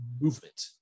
movement